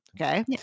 Okay